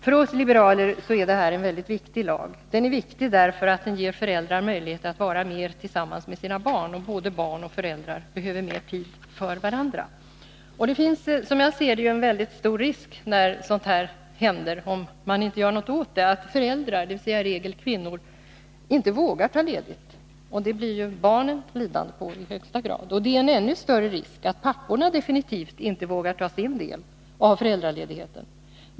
För oss liberaler är det här en väldigt viktig lag. Den är viktig därför att den ger föräldrar möjlighet att vara mer tillsammans med sina barn, och både barn och föräldrar behöver mer tid för varandra. Det finns som jag ser det en mycket stor risk när sådant händer — om man inte gör något åt det — att föräldrar, dvs. i regel kvinnor, inte vågar ta ledigt, och det blir barnen i hög grad lidande på. Och det är ännu större risk att papporna definitivt inte vågar ta sin del av föräldraledigheten.